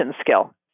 skill